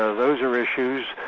ah those are issues